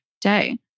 day